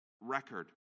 record